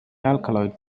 alkaloid